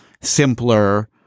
simpler